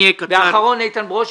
והאחרון איתן ברושי.